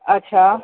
अछा